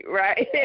right